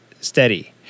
steady